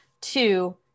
Two